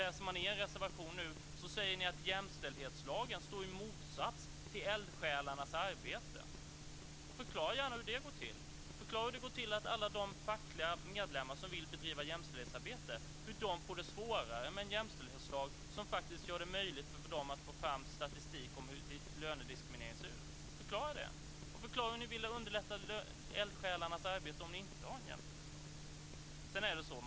I er reservation säger ni att jämställdhetslagen står i motsats till eldsjälarnas arbete. Förklara gärna hur det går till. Förklara hur det går till att alla de fackliga medlemmar som vill bedriva jämställdhetsarbete får det svårare med en jämställdhetslag som gör det möjligt för dem att få fram statistik om hur lönediskrimineringen ser ut. Förklara det. Förklara hur ni vill underlätta eldsjälarnas arbete om ni inte har en jämställdhetslag.